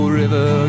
river